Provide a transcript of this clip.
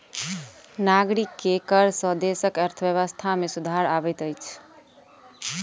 नागरिक के कर सॅ देसक अर्थव्यवस्था में सुधार अबैत अछि